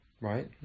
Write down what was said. right